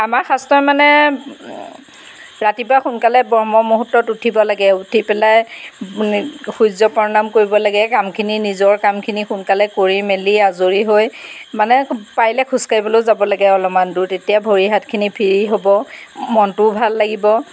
আমাৰ শাস্ত্ৰই মানে ৰাতিপুৱা সোনকালে ব্ৰহ্ম মুহূৰ্তত উঠিব লাগে উঠি পেলাই নি সূৰ্য্য় প্ৰণাম কৰিব লাগে কামখিনি নিজৰ কামখিনি সোনকালে কৰি মেলি আজৰি হৈ মানে পাৰিলে খোজ কাঢ়িবলৈও যাব লাগে অলপমান দূৰ তেতিয়া ভৰি হাতখিনি ফ্ৰী হ'ব মনটোও ভাল লাগিব